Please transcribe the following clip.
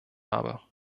habe